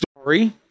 Story